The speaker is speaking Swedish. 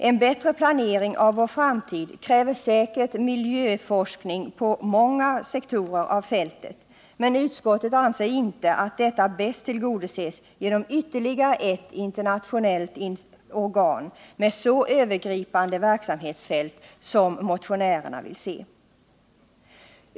En bättre planering av vår framtid kräver säkert miljöforskning på många sektorer av fältet, men utskottet anser inte att detta bäst tillgodoses genom inrättandet av ytterligare ett internationellt organ med ett så övergripande verksamhetsfält som motionärerna önskar.